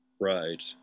right